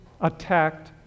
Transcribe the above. attacked